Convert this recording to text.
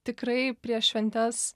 tikrai prieš šventes